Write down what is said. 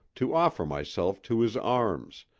to offer myself to his arms,